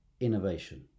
innovation